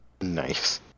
Nice